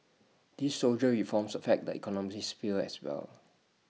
these soldier reforms affect the economic sphere as well